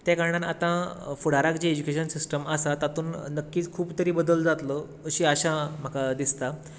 ते कारणान आता फुडाराक जे ऍजूकेशन सिस्टम आसा तातूंत नक्कीच खूब तरी बदल जातलो अशी आशा म्हाका दिसता